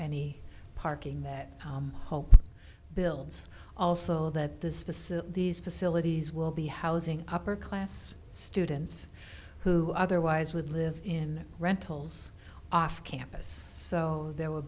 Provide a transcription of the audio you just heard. any parking that hope builds also that the specific these facilities will be housing upper class students who otherwise would live in rentals off campus so there w